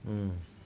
mm